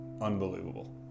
unbelievable